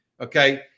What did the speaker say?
okay